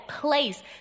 place